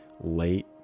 late